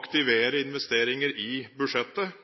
aktivere investeringer i budsjettet.